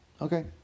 okay